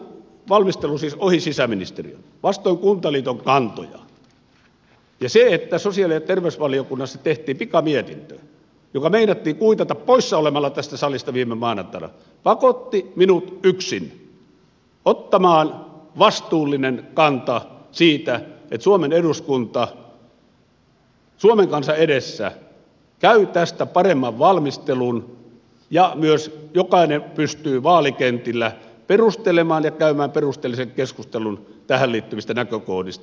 tämän asian valmistelu siis ohi sisäministe riön vastoin kuntaliiton kantoja ja se että sosiaali ja terveysvaliokunnassa tehtiin pikamietintö joka meinattiin kuitata poissa olemalla tästä salista viime maanantaina pakotti minut yksin ottamaan vastuullisen kannan siitä että suomen eduskunta suomen kansan edessä käy tästä paremman valmistelun ja myös jokainen pystyy vaalikentillä perustelemaan ja käymään perusteellisen keskustelun tähän liittyvistä näkökohdista